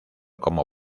como